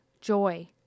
joy